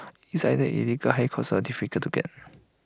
it's either illegal high cost or difficult to get